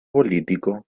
político